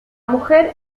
mujer